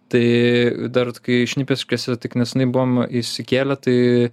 tai dar kai šnipiškėse tik neseniai buvom įsikėlę tai